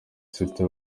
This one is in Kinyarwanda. center